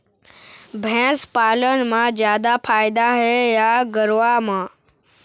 भैंस पालन म जादा फायदा हे या गरवा म?